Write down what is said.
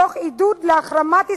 תוך עידוד החרמת ישראל,